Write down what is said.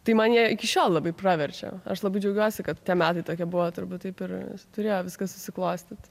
tai man jie iki šiol labai praverčia aš labai džiaugiuosi kad tie metai tokie buvo turbūt taip ir turėjo viskas susiklostyt